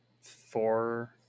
four